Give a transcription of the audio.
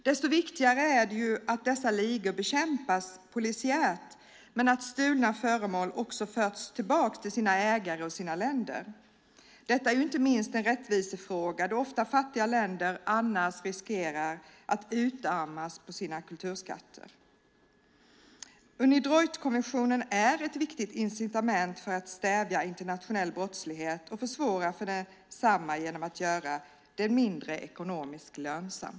Desto viktigare är det att dessa ligor bekämpas polisiärt men att stulna föremål också förs tillbaka till sina ägare och sina länder. Detta är inte minst en rättvisefråga då fattiga länder annars ofta riskerar att utarmas på sina kulturskatter. Unidroit-konventionen är ett viktigt incitament för att stävja internationell brottslighet och försvåra för densamma genom att göra den ekonomiskt mindre lönsam.